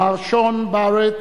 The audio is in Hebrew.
מר שון בארט,